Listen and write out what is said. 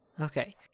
Okay